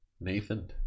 Nathan